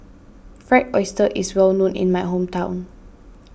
Fried Oyster is well known in my hometown